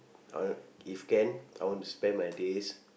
I want if can I want to spend my days